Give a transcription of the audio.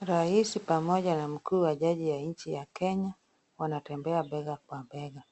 Rais pamoja na mkuu wa jaji ya nchi ya Kenya, wanatembea bega kwa bega.